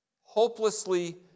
hopelessly